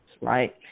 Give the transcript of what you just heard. right